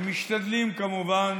הם משתדלים, כמובן,